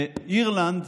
באירלנד